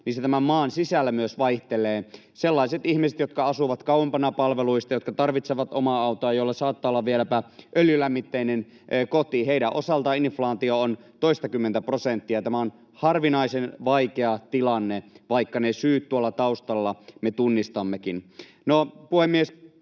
niin se tämän maan sisällä myös vaihtelee: sellaisten ihmisten osalta, jotka asuvat kauempana palveluista, jotka tarvitsevat omaa autoa, joilla saattaa olla vieläpä öljylämmitteinen koti, inflaatio on toistakymmentä prosenttia. Tämä on harvinaisen vaikea tilanne, vaikka ne syyt tuolla taustalla me tunnistammekin. No, puhemies,